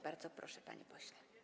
Bardzo proszę, panie pośle.